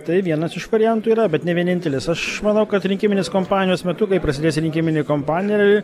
tai vienas iš variantų yra bet ne vienintelis aš manau kad rinkiminės kampanijos metu kai prasidės rinkiminė kompanija